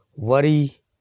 worry